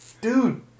dude